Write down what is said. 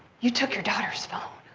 you took your daughter's phone?